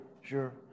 sure